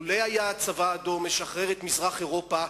לולא היה הצבא האדום משחרר את מזרח אירופה,